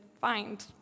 find